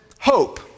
hope